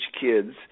kids